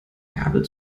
gabeln